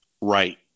Right